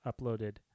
uploaded